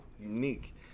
unique